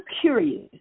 curious